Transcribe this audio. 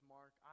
Mark